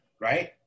right